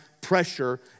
pressure